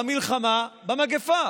במלחמה במגפה.